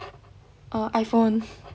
err iphone